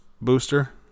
booster